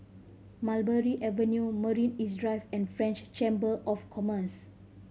Mulberry Avenue Marina East Drive and French Chamber of Commerce